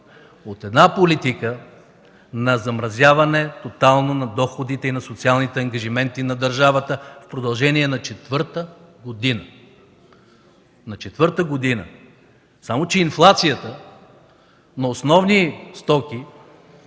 от една политика на тотално замразяване на доходите и на социалните ангажименти на държавата в продължение на четвърта година. На четвърта година! Само че инфлацията на основни стоки,